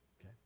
Okay